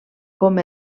com